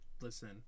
listen